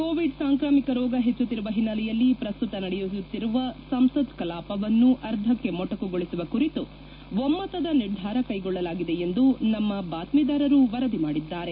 Covid ಸಾಂಕ್ರಾಮಿಕ ರೋಗ ಪೆಚ್ಚುತ್ತಿರುವ ಹಿನ್ನೆಲೆಯಲ್ಲಿ ಪ್ರಸ್ತುತ ನಡೆಯುತ್ತಿರುವ ಸಂಸತ್ ಕಲಾಪವನ್ನು ಅರ್ಧಕ್ಕೆ ಮೊಟಕುಗೊಳಿಸುವ ಕುರಿತು ಒಮ್ನದ ನಿರ್ಧಾರ ಕೈಗೊಳ್ಳಲಾಗಿದೆ ಎಂದು ನಮ್ನ ಬಾತ್ಲೀದಾರರು ವರದಿ ಮಾಡಿದ್ದಾರೆ